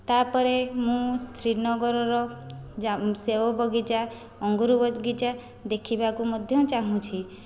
ତାପରେ ମୁଁ ଶ୍ରୀ ନଗରର ଯା ସେଓ ବଗିଚା ଅଙ୍ଗୁର ବଗିଚା ଦେଖିବାକୁ ମଧ୍ୟ ଚାହୁଁଛି